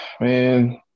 man